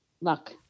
luck